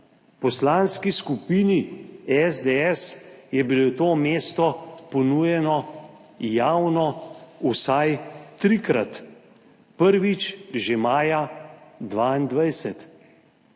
Poslanski skupini SDS je bilo to mesto ponujeno javno vsaj trikrat. Prvič že maja 2022.